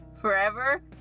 forever